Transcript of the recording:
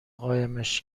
قایمش